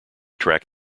track